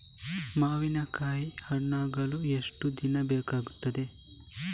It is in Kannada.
ಮಾವಿನಕಾಯಿ ಹಣ್ಣು ಆಗಲು ಎಷ್ಟು ದಿನ ಬೇಕಗ್ತಾದೆ?